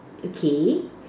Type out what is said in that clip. okay